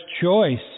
choice